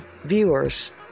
viewers